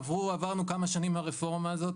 עברנו כבר כמה שנים מהרפורמה הזאת,